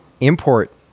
import